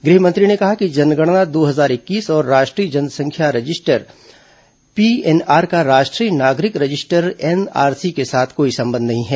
गृह मंत्री ने कहा कि जनगणना दो हजार इक्कीस और राष्ट्रीय जनसंख्या रजिस्टर एनपीआर का राष्ट्रीय नागरिक रजिस्टर एनआरसी के साथ कोई संबंध नहीं है